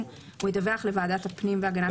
הוא ידווח לוועדת הפנים והגנת הסביבה.